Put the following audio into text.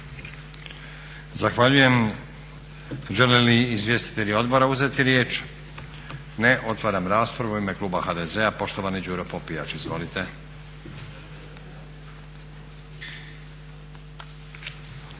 Zahvaljujem. Žele li izvjestitelji odbora uzeti riječ? Ne. Otvaram raspravu. U ime kluba HDZ-a poštovani Đuro Popijač. Izvolite.